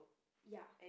ya